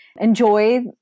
enjoy